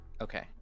Okay